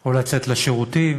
או לצאת לשירותים,